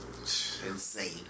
Insane